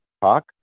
talk